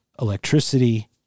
electricity